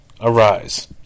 Arise